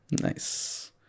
Nice